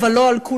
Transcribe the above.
אבל לא כולה,